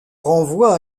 renvoie